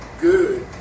good